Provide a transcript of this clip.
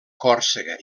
còrsega